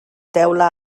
teula